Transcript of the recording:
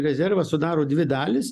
rezervą sudaro dvi dalys